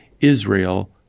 Israel